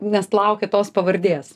nes laukia tos pavardės